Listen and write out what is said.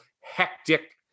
hectic